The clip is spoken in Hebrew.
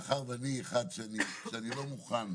אני לא מוכן,